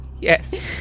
Yes